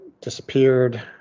disappeared